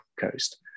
Coast